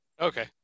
Okay